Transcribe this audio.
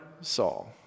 Saul